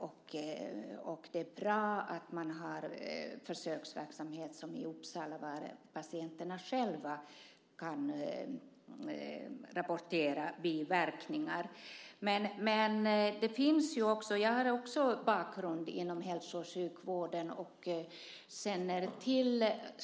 Och det är bra att man har försöksverksamhet, som i Uppsala, där patienterna själva kan rapportera om biverkningar. Jag har också en bakgrund inom hälso och sjukvården.